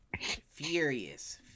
Furious